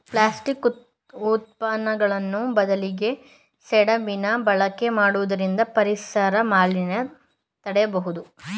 plastic ಉತ್ಪನ್ನಗಳು ಬದಲಿಗೆ ಸೆಣಬಿನ ಬಳಕೆ ಮಾಡುವುದರಿಂದ ಪರಿಸರ ಮಾಲಿನ್ಯ ತಡೆಯಬೋದು